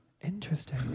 Interesting